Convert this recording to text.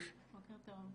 תציגי את עצמך.